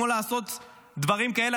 כמו לעשות דברים כאלה.